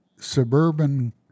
suburban